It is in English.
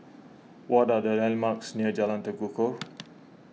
what are the landmarks near Jalan Tekukor